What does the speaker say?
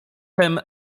tem